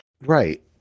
Right